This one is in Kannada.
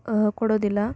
ಕೊಡೋದಿಲ್ಲ